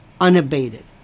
unabated